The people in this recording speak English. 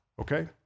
okay